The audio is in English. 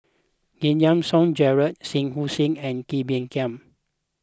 Giam Yean Song Gerald Shah Hussain and Kee Bee Khim